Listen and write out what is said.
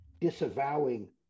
disavowing